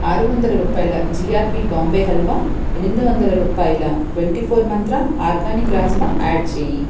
ఆరు వందల రూపాయల జిఆర్బి బాంబే హల్వా ఎనిమిది వందల రూపాయల twenty four Mantra organic rajma add చేయి